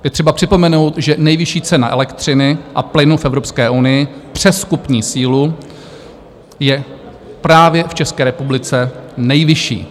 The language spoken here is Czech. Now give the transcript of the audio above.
Je třeba připomenout, že nejvyšší cena elektřiny a plynu v Evropské unii přes kupní sílu je právě v České republice nejvyšší.